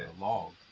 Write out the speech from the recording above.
and log.